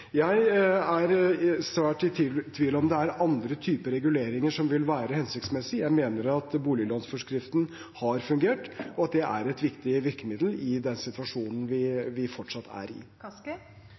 Jeg er svært i tvil om det er andre typer regulering som vil være hensiktsmessig. Jeg mener at boliglånsforskriften har fungert, og at det er et viktig virkemiddel i den situasjonen vi